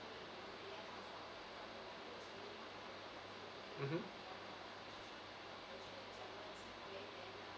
mmhmm